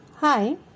Hi